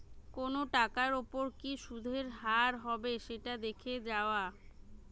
কোনো টাকার ওপর কি সুধের হার হবে সেটা দেখে যাওয়া